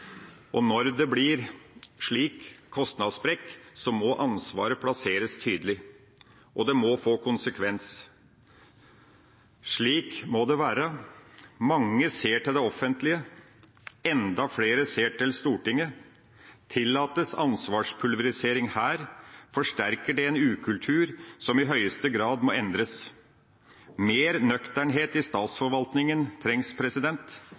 budsjettering. Når det blir en slik kostnadssprekk, må ansvaret plasseres tydelig, og det må få konsekvens. Slik må det være. Mange ser til det offentlige, enda flere ser til Stortinget. Tillates ansvarspulverisering her, forsterker det en ukultur som i høyeste grad må endres. Mer nøkternhet i statsforvaltninga trengs,